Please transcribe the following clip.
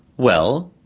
well,